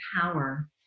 power